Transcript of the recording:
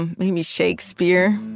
made me shakespeare